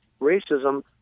racism